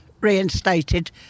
reinstated